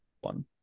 one